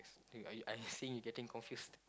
you I I see you getting confused